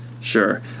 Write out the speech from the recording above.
sure